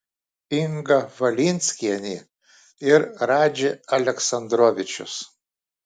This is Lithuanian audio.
inga valinskienė ir radži aleksandrovičius